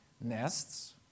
nests